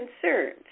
concerns